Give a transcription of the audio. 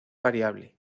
variable